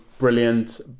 brilliant